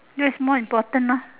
that is more important lor